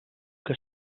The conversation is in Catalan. que